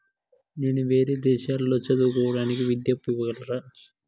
నేను వేరే దేశాల్లో చదువు కోవడానికి విద్యా అప్పు ఇవ్వగలరా?